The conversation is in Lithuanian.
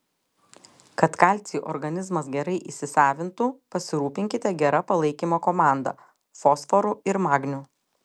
kad kalcį organizmas gerai įsisavintų pasirūpinkite gera palaikymo komanda fosforu ir magniu